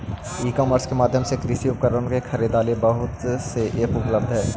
ई e-commerce माध्यम से कृषि उपकरणों की खरीदारी ला बहुत से ऐप उपलब्ध हई